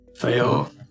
Fail